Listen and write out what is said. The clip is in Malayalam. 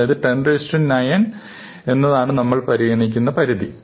അതായത് 109 എന്നതാണ് നമ്മൾ പരിഗണിക്കുന്ന പരിധി